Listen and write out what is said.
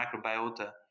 microbiota